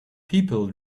people